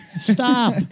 stop